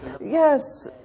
Yes